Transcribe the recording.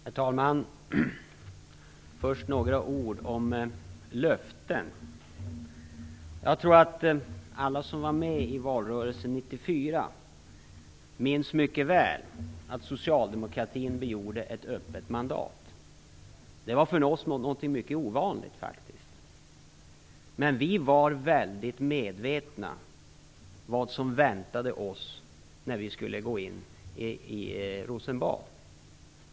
Herr talman! Först vill jag säga några ord om löften. Jag tror att alla som var med i valrörelsen 1994 mycket väl minns att socialdemokraterna begärde ett öppet mandat. Det var något mycket ovanligt för oss. Vi var väldigt medvetna om vad som väntade oss när vi skulle in i Rosenbad.